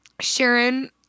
Sharon